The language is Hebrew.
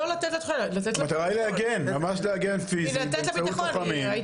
המטרה היא להגן, ממש להגן פיזית באמצעות לוחמים.